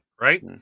right